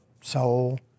soul